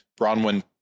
Bronwyn